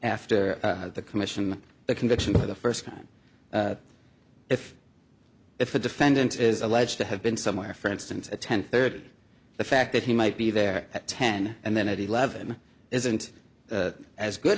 after after the commission the conviction of the first time if if the defendant is alleged to have been somewhere for instance at ten thirty the fact that he might be there at ten and then at eleven isn't as good